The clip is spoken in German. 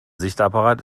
sichtapparat